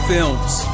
Films